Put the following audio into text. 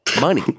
money